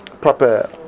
proper